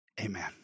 Amen